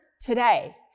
today